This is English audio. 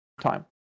Time